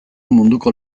munduko